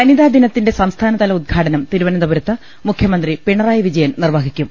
വനിതാ ദിനത്തിന്റെ സംസ്ഥാനതല ഉദ്ഘാടനം തിരുവനന്തപുരത്ത് മുഖ്യ മന്ത്രി പിണറായി വിജയൻ നിർവഹിക്കും